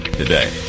Today